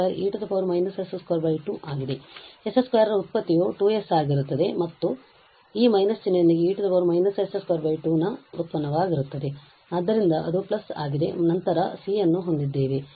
s2 ರ ವ್ಯುತ್ಪತ್ತಿಯು 2s ಆಗಿರುತ್ತದೆ ಮತ್ತು ಮತ್ತೆ ಈ ಮೈನಸ್ ಚಿಹ್ನೆಯೊಂದಿಗೆ e −s22 ನ ವ್ಯುತ್ಪನ್ನವಾಗಿರುತ್ತದೆ ಆದ್ದರಿಂದ ಅದು ಪ್ಲಸ್ ಆಗಿದೆ ಮತ್ತು ನಂತರ ನಾವು c ಅನ್ನು ಹೊಂದಿದ್ದೇವೆ